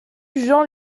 jean